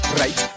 right